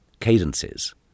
cadences